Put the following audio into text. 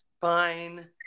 fine